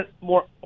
more